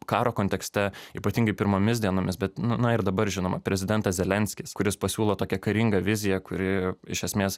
karo kontekste ypatingai pirmomis dienomis bet na ir dabar žinoma prezidentas zelenskis kuris pasiūlo tokią karingą viziją kuri iš esmės